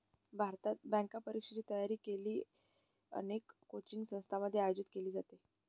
भारतात, बँक परीक्षेची तयारी अनेक कोचिंग संस्थांमध्ये आयोजित केली जाते